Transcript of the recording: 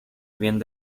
bien